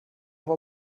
war